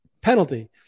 penalty